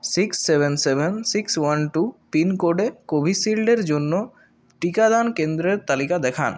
six seven seven six one two পিনকোডে কোভিশিল্ডের জন্য টিকাদান কেন্দ্রের তালিকা দেখান